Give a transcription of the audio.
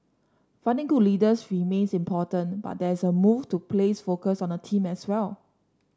finding good leaders remains important but there is a move to place focus on the team as well